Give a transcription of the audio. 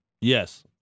Yes